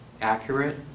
accurate